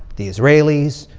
the israelis.